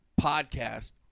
podcast